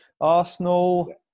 Arsenal